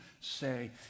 say